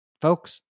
folks